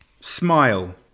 smile